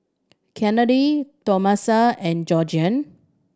Kennedy Tomasa and Georgiann